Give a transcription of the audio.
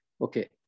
Okay